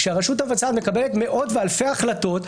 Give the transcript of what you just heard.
כשהרשות המבצעת מקבלת מאות ואלפי החלטות,